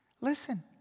Listen